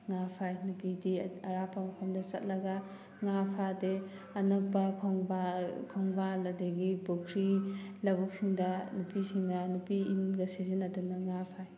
ꯉꯥ ꯐꯥꯏ ꯅꯨꯄꯤꯗꯤ ꯑꯔꯥꯞꯄ ꯃꯐꯝꯗ ꯆꯠꯂꯒ ꯉꯥ ꯐꯥꯗꯦ ꯑꯅꯛꯄ ꯈꯣꯡꯕꯥꯜ ꯈꯣꯡꯕꯥꯜ ꯑꯗꯒꯤ ꯄꯨꯈ꯭ꯔꯤ ꯂꯧꯕꯨꯛꯁꯤꯡꯗ ꯅꯨꯄꯤꯁꯤꯡꯅ ꯅꯨꯄꯤ ꯏꯟꯒ ꯁꯤꯖꯤꯟꯅꯗꯅ ꯉꯥ ꯐꯥꯏ